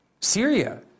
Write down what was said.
Syria